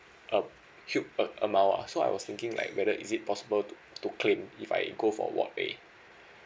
a huge a~ amount lah so I was thinking like whether is it possible to to claim if I go for ward A